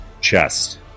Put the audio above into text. chest